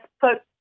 put